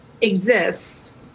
exists